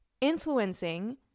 influencing